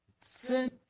Sin